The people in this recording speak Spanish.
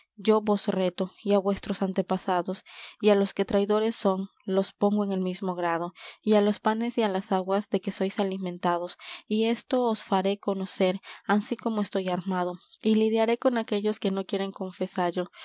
yo vos reto y á vuesos antepasados y á los que traidores son los pongo en el mismo grado y á los panes y á las aguas de que sois alimentados y esto os faré conocer ansí como estoy armado y lidiaré con aquellos que no quieren